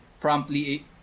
promptly